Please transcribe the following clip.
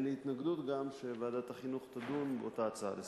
אין לי התנגדות גם שוועדת החינוך תדון באותה הצעה לסדר-היום.